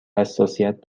حساسیت